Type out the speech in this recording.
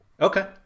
Okay